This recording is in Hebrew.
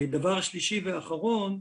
דבר שלישי ואחרון,